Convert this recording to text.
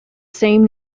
same